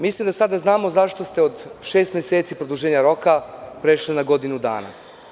Mislim da sada znamo zašto ste od šest meseci produženja roka prešli na godinu dana.